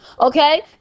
Okay